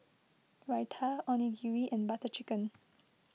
Raita Onigiri and Butter Chicken